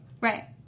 Right